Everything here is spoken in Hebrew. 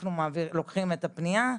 אנחנו לוקחים את הפנייה,